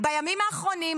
בימים האחרונים,